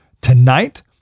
tonight